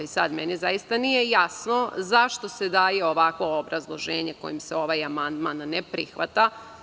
Sada mi zaista nije jasno zašto se daje ovakvo obrazloženje kojim se ovaj amandman ne prihvata.